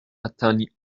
atteignent